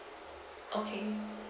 okay